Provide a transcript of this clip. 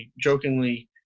jokingly